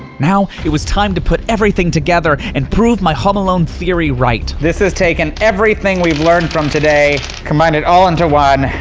now, it was time to put everything together, and prove my home alone theory right. this is taking everything we've learned from today, combine it all into one,